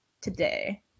today